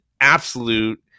absolute